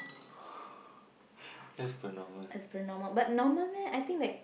as per normal but normal meh I think like